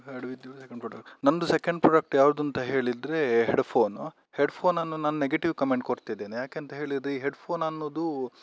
you had with your second product ನನ್ನದು second product ಯಾವುದಂತ ಹೇಳಿದರೆ ಹೆಡ್ಫೋನ್ ಹೆಡ್ಫೋನನ್ನು ನಾನು ನೆಗೆಟಿವ್ ಕಮೆಂಟ್ ಕೊಡ್ತಿದ್ದೇನೆ ಯಾಕಂಥೇಳಿದ್ರೆ ಈ ಹೆಡ್ಫೋನ್ ಅನ್ನೋದು